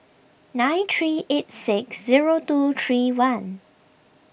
nine three eight six zero two three one